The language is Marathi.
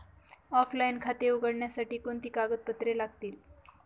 ऑफलाइन खाते उघडण्यासाठी कोणती कागदपत्रे लागतील?